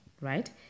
right